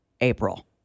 April